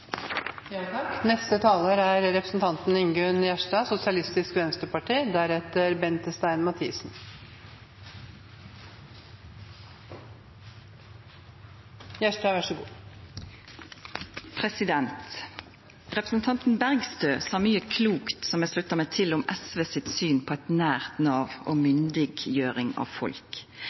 Representanten Bergstø sa mykje klokt, som eg sluttar meg til, om SV sitt syn på eit nært Nav og myndiggjering av folk.